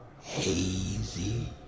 Hazy